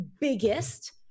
biggest